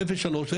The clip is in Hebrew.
ו-0-3,